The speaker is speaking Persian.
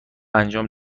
انجام